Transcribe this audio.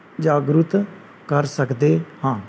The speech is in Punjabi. ਜਾਗਰੂਕ ਕਰ ਸਕਦੇ ਹਾਂ